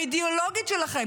האידיאולוגית שלכם?